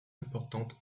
importante